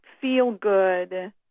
feel-good